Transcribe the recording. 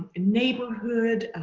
neighborhood,